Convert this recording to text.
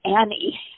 Annie